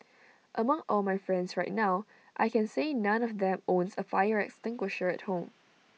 among all my friends right now I can say none of them owns A fire extinguisher at home